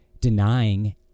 denying